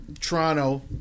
Toronto